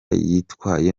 yitwaye